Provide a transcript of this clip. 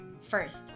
first